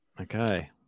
Okay